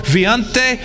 Viante